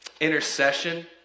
Intercession